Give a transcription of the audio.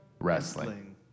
Wrestling